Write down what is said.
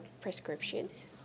prescriptions